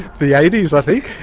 the eighty s, i think,